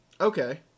Okay